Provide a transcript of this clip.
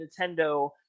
Nintendo